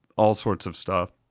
all sorts of stuff,